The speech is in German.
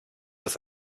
das